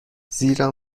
زیرا